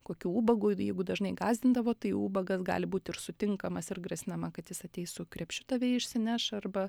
kokiu ubagu jeigu dažnai gąsdindavo tai ubagas gali būti ir sutinkamas ir grasinama kad jis ateis su krepšiu tave išsineš arba